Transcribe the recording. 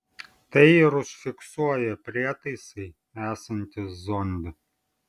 tai ir užfiksuoja prietaisai esantys zonde